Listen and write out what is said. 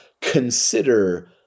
Consider